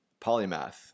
Polymath